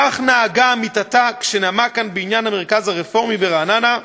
כך נהגה עמיתתה כשנאמה כאן בעניין המרכז הרפורמי ברעננה,